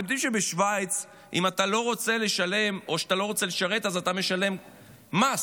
אתם יודעים שבשווייץ אם אתה לא רוצה לשרת אז אתה משלם מס?